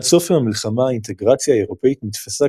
עד סוף המלחמה האינטגרציה האירופית נתפסה